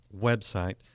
website